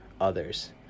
others